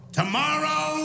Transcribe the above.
tomorrow